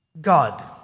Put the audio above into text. God